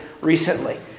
recently